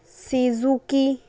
Suzuki